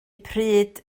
pryd